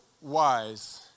wise